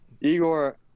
Igor